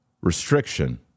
restriction